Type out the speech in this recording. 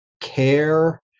care